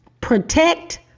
protect